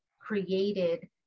created